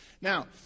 Now